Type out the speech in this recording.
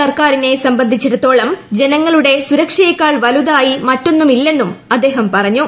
സർക്കാരിനെ സംബന്ധിച്ചിടത്തോളം ജനങ്ങളുടെ സുരക്ഷയെക്കാൾ വലുതായി മറ്റൊന്നുമില്ലെന്നും അദ്ദേഹം പറഞ്ഞു